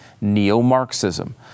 neo-Marxism